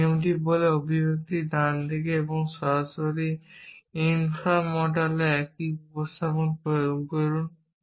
এই নিয়মটি বলে অভিব্যক্তির ডানদিকে এবং সরাসরি ইনফ্রা মর্টালে একই প্রতিস্থাপন প্রয়োগ করুন